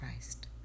Christ